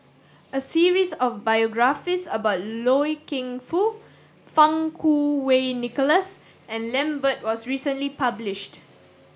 a series of biographies about Loy Keng Foo Fang Kuo Wei Nicholas and Lambert was recently published